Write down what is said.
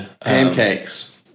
pancakes